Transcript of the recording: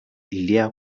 ilia